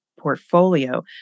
portfolio